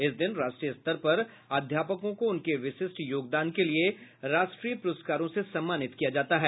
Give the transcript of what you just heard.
इस दिन राष्ट्रीय स्तर पर अध्यापकों को उनके विशिष्ट योगदान के लिए राष्ट्रीय पुरस्कारों से सम्मानित किया जाता है